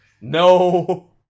No